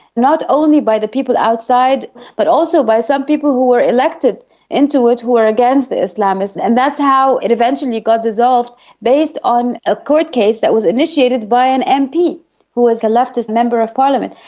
not only by the people outside but also by some people who were elected into it who were against the islamists, and that's how it eventually got dissolved based on a court case that was initiated by an mp who was a leftist member of parliament.